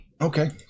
Okay